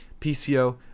PCO